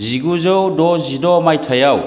जिगुजौ द'जिद' मायथाइआव